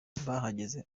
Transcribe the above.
bahageze